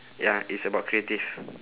ya it's about creative